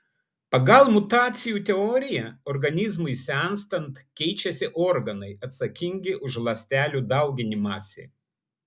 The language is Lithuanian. pagal mutacijų teoriją organizmui senstant keičiasi organai atsakingi už ląstelių dauginimąsi